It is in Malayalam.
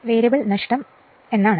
അതിനാൽ ഇത് ഒരു അനവസ്ഥിതമായ നഷ്ടമാണ്